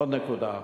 עוד נקודה.